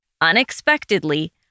unexpectedly